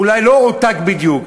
אולי לא הועתק בדיוק.